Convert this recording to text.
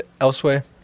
Elsewhere